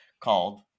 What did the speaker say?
called